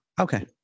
Okay